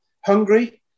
hungry